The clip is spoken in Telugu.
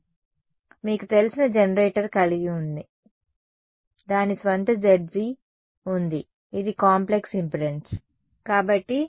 కాబట్టి మీకు తెలిసిన జెనరేటర్ కలిగి ఉంది దాని స్వంత Zg ఉంది ఇది కాంప్లెక్స్ ఇంపెడెన్స్